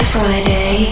Friday